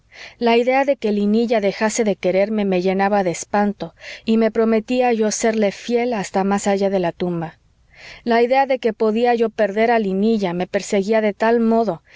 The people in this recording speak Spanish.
la idea de que linilla dejase de quererme me llenaba de espanto y me prometía yo serle fiel hasta más allá de la tumba la idea de que podía yo perder a linilla me perseguía de tal modo